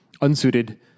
unsuited